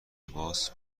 لباس